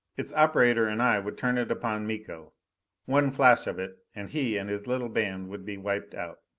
its operator and i would turn it upon miko one flash of it and he and his little band would be wiped out.